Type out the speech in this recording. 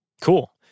Cool